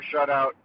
shutout